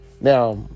Now